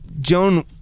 Joan